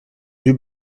yeux